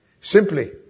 Simply